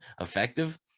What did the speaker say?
effective